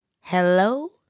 Hello